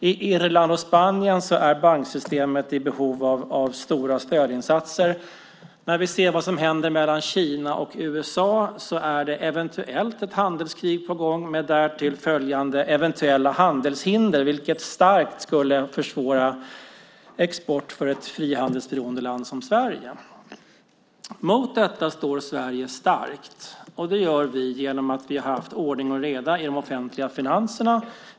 I Irland och Spanien är banksystemet i behov av stora stödinsatser. När vi ser till vad som händer mellan Kina och USA är det eventuellt ett handelskrig på gång med därtill följande eventuella handelshinder, vilket starkt skulle försvåra export för ett frihandelsberoende land som Sverige. Mot detta står Sverige starkt. Vi gör detta genom att vi har haft ordning och reda i de offentliga finanserna.